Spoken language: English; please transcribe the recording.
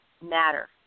matter